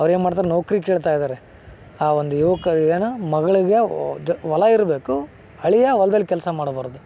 ಅವ್ರೇನು ಮಾಡ್ತಾರೆ ನೌಕರಿ ಕೇಳ್ತಾ ಇದ್ದಾರೆ ಆ ಒಂದು ಯುವಕ ಏನು ಮಗಳಿಗೆ ದ್ ಹೊಲ ಇರಬೇಕು ಅಳಿಯ ಹೊಲ್ದಲ್ ಕೆಲಸ ಮಾಡಬಾರ್ದು